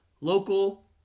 Local